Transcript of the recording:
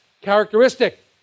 characteristic